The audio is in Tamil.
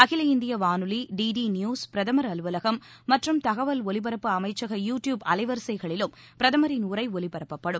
அகில இந்திய வானொலி டி நியூஸ் பிரதமர் அலுவலகம் மற்றும் தகவல் ஒலிபரப்பு அமைச்சக யூ டியூப் அலைவரிசைகளிலும் பிரதமரின் உரை ஒலிபரப்பப்படும்